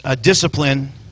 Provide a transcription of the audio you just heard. discipline